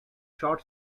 short